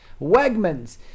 Wegmans